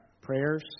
prayers